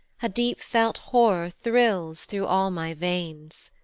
a deep felt horror thrills through all my veins.